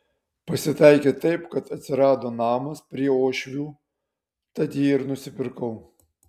pasitaikė taip kad atsirado namas prie uošvių tad jį ir nusipirkau